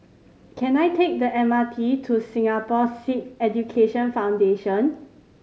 can I take the M R T to Singapore Sikh Education Foundation